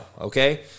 okay